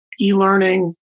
e-learning